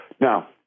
Now